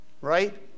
right